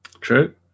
True